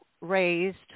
raised